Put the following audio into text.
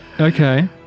Okay